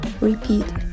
repeat